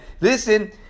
Listen